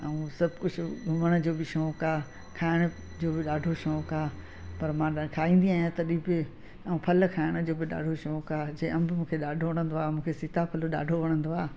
ऐं सभु कुझु घुमण जो बि शौंकु आहे खाइण जो बि ॾाढो शौंकु आहे पर मां न खाईंदी आहियां तडहिं बि ऐं फल खाइण जो बि ॾाढो शौंकु आहे जीअं अंब मूंखे ॾाढो वणंदो आहे मूंखे सीताफल ॾाढो वणंदो आहे